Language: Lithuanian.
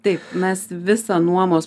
taip mes visą nuomos